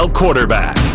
quarterback